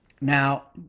Now